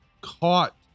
caught